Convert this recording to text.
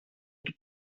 του